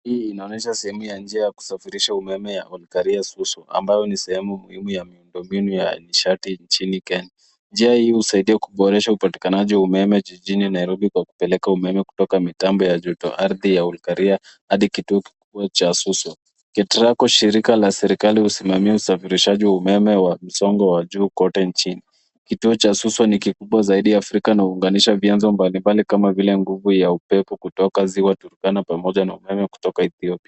Hii inaonyesha sehemu ya njia ya kusafirisha umeme ya Olkaria, Suswa ambayo ni sehemu muhimu ya miundo mbinu ya nishati nchini Kenya. Njia hii husaidia kuboresha upatikanaji wa umeme jijini Nairobi kwa kupeleka umeme kutoka mitambo ya joto ardhi ya Olkaria hadi kituo kikubwa cha Suswa. Ketraco shirika la serikali husimamia usafirishaji wa umeme wa msongo wa juu kote nchini. Kituo cha Suswa ni kikubwa zaidi Afrika na huunganisha vyenzo mbalimbali kama vile nguvu ya upepo kutoka ziwa Turkana pamoja na umeme kutoka Ethiopia.